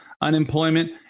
unemployment